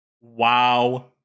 wow